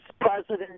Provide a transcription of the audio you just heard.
President